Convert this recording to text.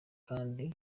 kandi